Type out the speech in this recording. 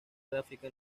gráfica